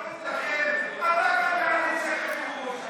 הדעות שלכם.